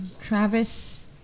Travis